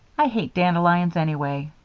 i hate dandelions, anyway.